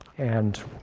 and